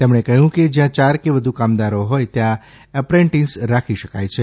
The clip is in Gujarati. તેમણે કહ્યું કે જ્યાં ચાર કે વધુ કામદારો હોથ ત્યાં એપ્રેન્ટીસ રાખી શકાય છે